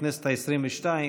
בכנסת העשרים ושתיים,